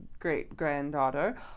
great-granddaughter